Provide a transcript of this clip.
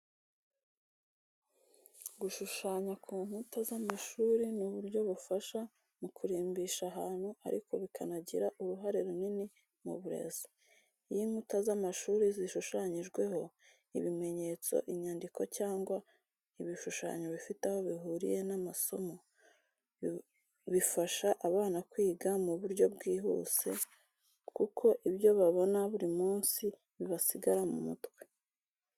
Gushushanya ku nkuta z'amashuri ni uburyo bufasha mu kurimbisha ahantu, ariko bikanagira uruhare runini mu burezi. Iyo inkuta z'amashuri zishushanyijweho ibimenyetso, inyandiko cyangwa ibishushanyo bifite aho bihuriye n'amasomo, bifasha abana kwiga mu buryo bwihuse, kuko ibyo babona buri munsi bibasigara mu mutwe.